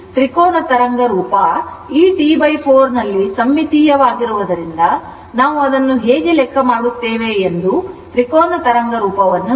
ತ್ರಿಕೋನ ತರಂಗ ರೂಪ ಈ T 4 ನಲ್ಲಿ ಸಮ್ಮಿತೀಯವಾಗಿರುವುದರಿಂದ ನಾವು ಅದನ್ನು ಹೇಗೆ ಲೆಕ್ಕ ಮಾಡುತ್ತೇವೆ ಎಂದು ತ್ರಿಕೋನ ತರಂಗರೂಪವನ್ನು ನೋಡಿ